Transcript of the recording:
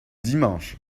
dimanche